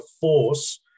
force